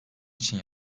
için